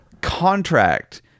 contract